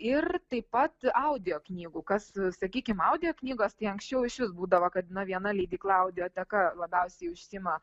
ir taip pat audio knygų kas sakykim audio knygos tai anksčiau išvis būdavo kad na viena leidykla audioteka labiausiai užsiima